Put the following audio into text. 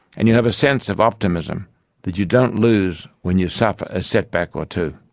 and you have a sense of optimism that you don't lose when you suffer a setback or two.